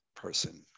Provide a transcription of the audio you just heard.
Person